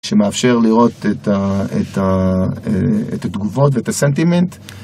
שמאפשר לראות את ה... אה... את התגובות ואת הסנטימנט...